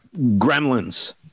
gremlins